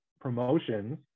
promotions